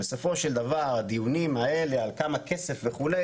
ובסופו של דבר הדיונים האלה על כמה כסף וכו',